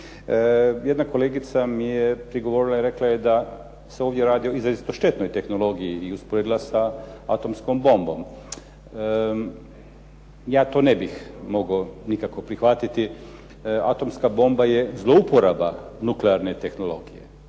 Jedna kolegica mi je prigovorila i rekla je da se ovdje radi o izrazito štetnoj tehnologiji i usporedila sa atomskom bombom. Ja to ne bih mogao nikako prihvatiti. Atomska bomba je zlouporaba nuklearne tehnologije,